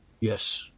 Yes